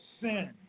sin